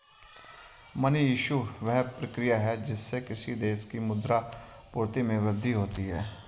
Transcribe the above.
money issue, वह प्रक्रिया है जिससे किसी देश की मुद्रा आपूर्ति में वृद्धि होती है